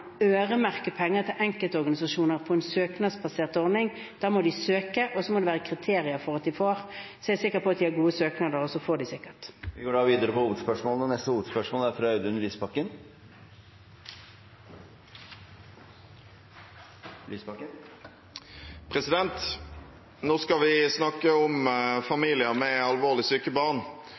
øremerke penger til enkeltorganisasjoner på en søknadsbasert ordning. Da må de søke, og så må det være kriterier for at de får. Jeg sikker på at de har gode søknader, og så får de sikkert. Vi går videre til neste hovedspørsmål. Nå skal vi snakke om familier med alvorlig syke barn.